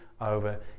over